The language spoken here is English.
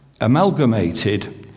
amalgamated